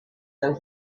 though